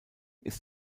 ist